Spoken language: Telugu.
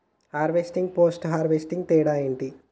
హార్వెస్టింగ్, పోస్ట్ హార్వెస్టింగ్ తేడా ఏంటి?